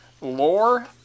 Lore